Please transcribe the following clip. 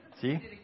See